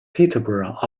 peterborough